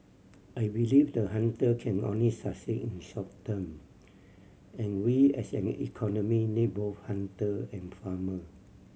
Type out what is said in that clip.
I believe the hunter can only succeed in short term and we as an economy need both hunter and farmer